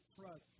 trust